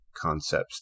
concepts